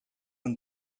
een